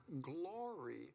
glory